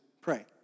pray